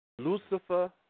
Lucifer